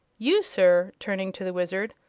you, sir, turning to the wizard,